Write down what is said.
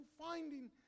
finding